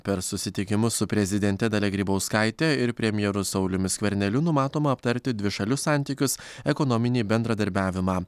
per susitikimus su prezidente dalia grybauskaite ir premjeru sauliumi skverneliu numatoma aptarti dvišalius santykius ekonominį bendradarbiavimą